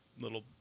little